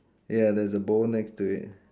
ya there's a bowl next to it